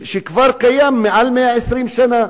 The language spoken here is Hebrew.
שכבר קיים מעל 120 שנה